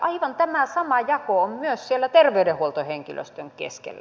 aivan tämä sama jako on myös siellä terveydenhuoltohenkilöstön keskellä